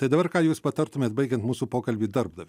tai dabar ką jūs patartumėt baigiant mūsų pokalbį darbdaviui